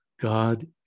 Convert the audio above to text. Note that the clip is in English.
God